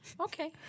Okay